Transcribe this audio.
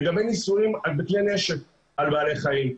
לגבי ניסויים בכלי נשק על בעלי חיים,